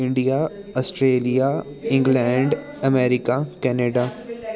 India Australia England America Canada